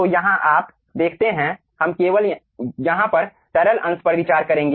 तो यहाँ आप देखते हैं हम केवल यहाँ पर तरल अंश पर विचार करेंगे